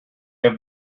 have